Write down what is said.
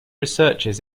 researches